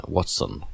Watson